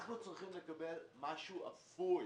אנחנו צריכים לקבל משהו אפוי.